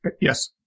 Yes